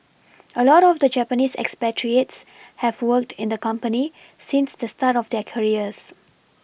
a lot of the Japanese expatriates have worked in the company since the start of their careers